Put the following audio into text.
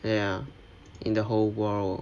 ya in the whole world